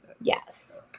Yes